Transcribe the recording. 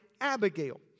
Abigail